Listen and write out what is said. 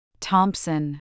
Thompson